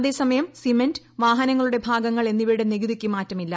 അതേ സമയം സിമന്റ് വാഹനങ്ങളുടെ ഭാഗങ്ങൾ എന്നിവയുടെ നികുതിക്ക് മാറ്റമില്ല